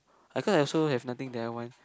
and ~cause I also have nothing that I want